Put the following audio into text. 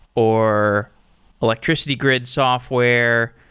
or electricity grid software.